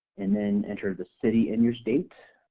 and then enter the city in your state